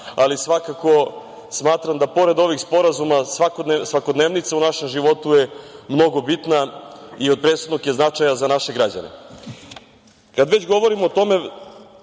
ali svakako smatram da pored ovih sporazuma, svakodnevnica u našem životu je mnogo bitna i od presudnog je značaja za naše građane. Kad već govorimo o tome,